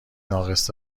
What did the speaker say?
ناقص